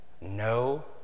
No